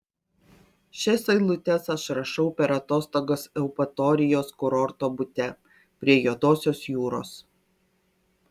šias eilutes aš rašau per atostogas eupatorijos kurorto bute prie juodosios jūros